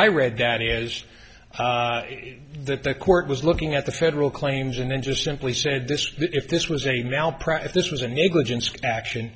i read that is that the court was looking at the federal claims and then just simply said this if this was a malpractise this was a negligence action